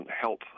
help